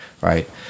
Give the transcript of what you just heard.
right